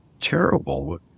terrible